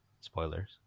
spoilers